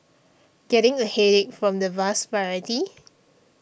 getting a headache from the vast variety